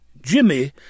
JIMMY